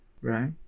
right